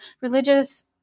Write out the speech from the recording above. religious